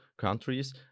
countries